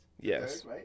yes